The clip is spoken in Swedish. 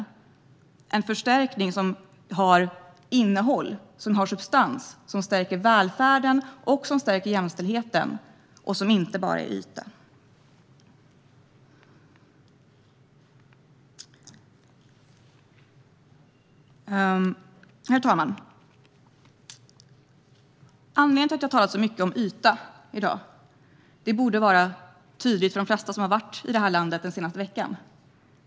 Det är en förstärkning med innehåll och substans, och den stärker både välfärden och jämställdheten. Och den är inte bara yta. Herr talman! Anledningen till att jag har talat mycket om yta i dag borde vara tydlig för de flesta som har befunnit sig i landet den senaste veckan.